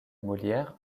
molière